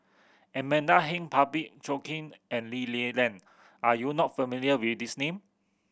Amanda Heng Parsick Joaquim and Lee Li Lian are you not familiar with these name